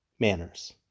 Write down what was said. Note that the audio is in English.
manners